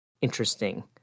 interesting